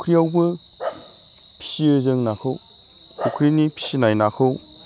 फुख्रियावबो फियो जों नाखौ फुख्रिनि फिनाय नाखौ